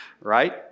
right